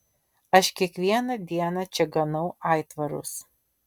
aš kiekvieną dieną čia ganau aitvarus